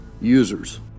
users